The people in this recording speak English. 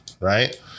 Right